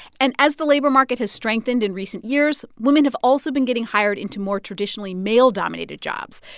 and as the labor market has strengthened in recent years, women have also been getting hired into more traditionally male-dominated jobs,